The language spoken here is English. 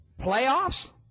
Playoffs